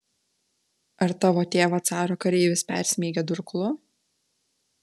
ar tavo tėvą caro kareivis persmeigė durklu